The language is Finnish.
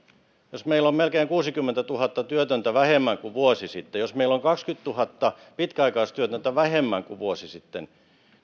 jos meillä on melkein kuusikymmentätuhatta työtöntä vähemmän kuin vuosi sitten jos meillä on kaksikymmentätuhatta pitkäaikaistyötöntä vähemmän kuin vuosi sitten